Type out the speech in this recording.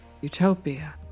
Utopia